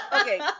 Okay